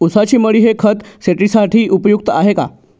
ऊसाची मळी हे खत शेतीसाठी उपयुक्त आहे का?